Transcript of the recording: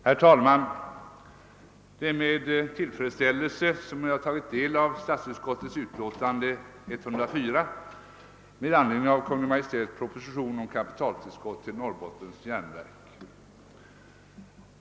Herr talman! Det är med tillfredsställelse jag tagit del av statsutskottets ut låtande nr 104 med anledning av Kungl. Maj:ts proposition om kapitaltillskott till Norrbottens järnverk AB.